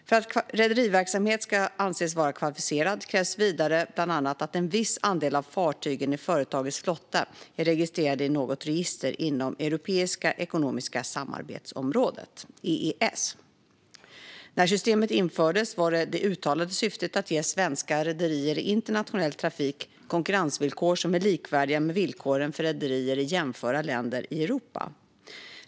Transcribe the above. För att rederiverksamheten ska anses vara kvalificerad krävs vidare bland annat att en viss andel av fartygen i företagets flotta är registrerade i något register inom Europeiska ekonomiska samarbetsområdet, EES. När systemet infördes var det uttalade syftet att ge svenska rederier i internationell trafik konkurrensvillkor som är likvärdiga med villkoren för rederier i jämförbara länder i Europa.